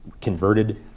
converted